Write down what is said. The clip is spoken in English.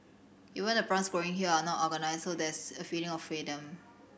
even the plants growing here are not organised so there's a feeling of freedom